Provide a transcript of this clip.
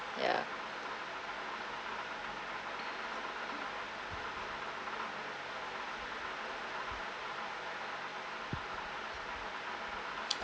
ya